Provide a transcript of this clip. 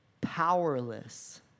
powerless